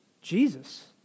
Jesus